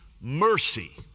mercy